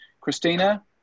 Christina